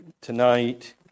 tonight